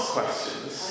questions